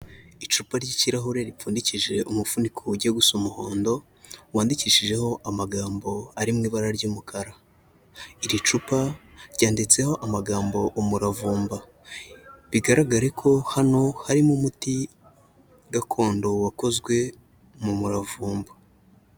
Icupa ry'ikirahure ripfundikishije umufuniko ujya gusa umuhondo, wandikishijeho amagambo ari mu ibara ry'umukara, iri cupa ryanditseho amagambo umuravumba, bigaragare ko hano harimo umuti gakondo wakozwe mu muravumba.